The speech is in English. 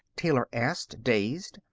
taylor asked, dazed.